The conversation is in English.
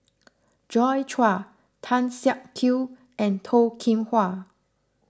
Joi Chua Tan Siak Kew and Toh Kim Hwa